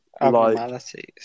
Abnormalities